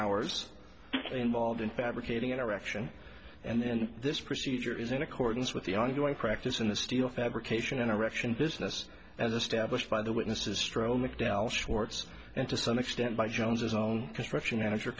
hours involved in fabricating an erection and then this procedure is in accordance with the ongoing practice in the steel fabrication and erection business as a stablished by the witnesses trail mcdowell schwartz and to some extent by jones's own construction manager